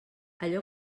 allò